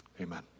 Amen